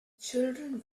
children